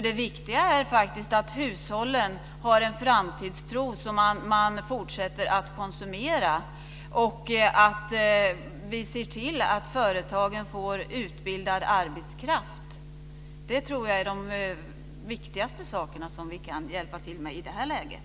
Det viktiga är faktiskt att hushållen har en framtidstro så att man fortsätter att konsumera och att vi ser till att företagen får utbildad arbetskraft. Det tror jag är det viktigaste som vi kan hjälpa till med i det här läget.